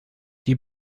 die